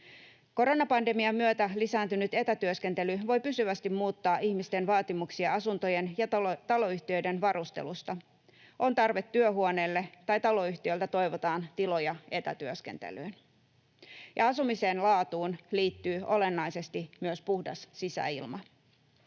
Koronapandemian myötä lisääntynyt etätyöskentely voi pysyvästi muuttaa ihmisten vaatimuksia asuntojen ja taloyhtiöiden varustelusta. On tarve työhuoneelle tai taloyhtiöltä toivotaan tiloja etätyöskentelyyn. Asumisen laatuun liittyy olennaisesti myös puhdas sisäilma.